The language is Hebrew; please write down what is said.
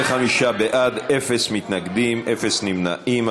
45 בעד, אין מתנגדים, אין נמנעים.